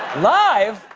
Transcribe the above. live!